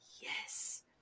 Yes